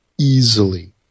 easily